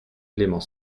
élément